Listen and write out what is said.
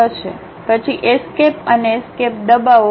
પછી એસ્કેપ અને એસ્કેપ દબાવો